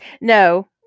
No